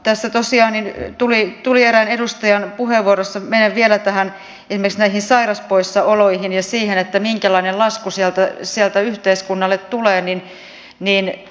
tästä tosiaan tuli erään edustajan puheenvuorossa ja menen vielä esimerkiksi näihin sairauspoissaoloihin ja siihen minkälainen lasku sieltä yhteiskunnalle tulee